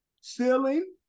ceiling